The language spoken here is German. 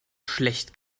schlecht